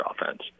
offense